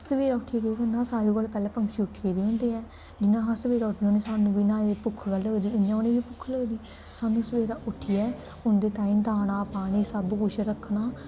सवेरै उठियै केह् करना सारें कोला पैह्लें पंछी उट्ठी गेदे होंदे ऐ जियां अस सवेरै उट्ठने होन्ने सानूं बी इ'यां भुक्ख लगदी इ'यां उ'नेंई बी भुक्ख लगदी सानूं सवेरै उट्ठियै उं'दे ताईं दाना पानी सब्भ कुछ रक्खना